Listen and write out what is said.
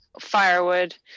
firewood